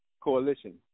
Coalition